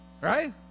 right